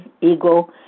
ego